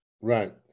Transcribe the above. Right